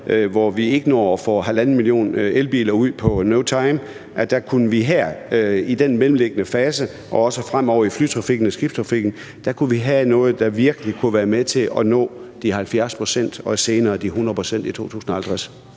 hvor vi ikke når at få 1½ million elbiler ud på no time – at vi her i den mellemliggende fase og også fremover i flytrafikken og skibstrafikken kunne have noget, der virkelig kunne være med til at nå de 70 pct. og også senere de 100 pct. i 2050.